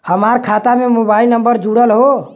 हमार खाता में मोबाइल नम्बर जुड़ल हो?